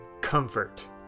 comfort